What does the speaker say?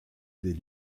des